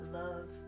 love